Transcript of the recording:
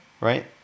right